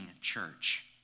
church